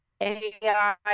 AI